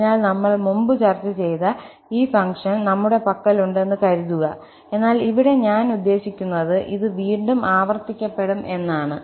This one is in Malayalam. അതിനാൽ നമ്മൾ മുമ്പ് ചർച്ച ചെയ്ത ഈ ഫംഗ്ഷൻ നമ്മളുടെ പക്കലുണ്ടെന്ന് കരുതുക എന്നാൽ ഇവിടെ ഞാൻ ഉദ്ദേശിക്കുന്നത് ഇത് വീണ്ടും ആവർത്തിക്കപ്പെടും എന്നാണ്